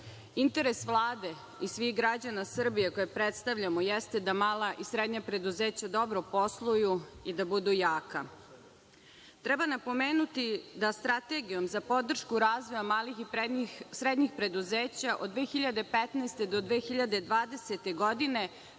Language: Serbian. Interes Vlade i svih građana Srbije koje predstavljamo, jeste da mala i srednja preduzeća dobro posluju i da budu jaka. Treba napomenuti da strategijom za podršku razvoja malih i srednjih preduzeća od 2015. godine do 2020. godine